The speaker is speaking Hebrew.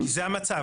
זה המצב.